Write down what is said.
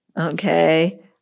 okay